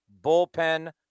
bullpen